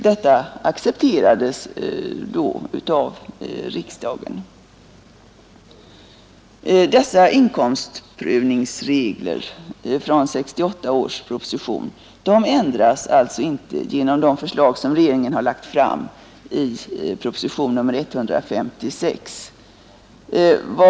Detta accepterades då av riksdagen. Dessa inkomstprövningsregler från 1968 års proposition ändras alltså inte genom de förslag som regeringen har lagt fram i proposition nr 156.